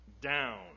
down